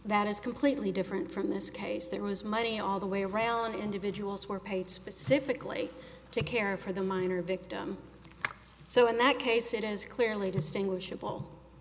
that is completely different from this case there was money all the way rail and individuals were paid specifically to care for the minor victim so in that case it is clearly distinguish